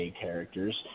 characters